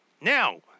Now